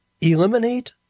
Eliminate